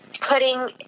putting